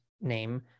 name